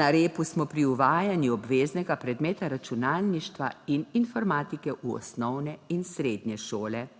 Na repu smo pri uvajanju obveznega predmeta računalništva in informatike v osnovne in srednje šole,